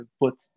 put